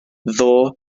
ddoe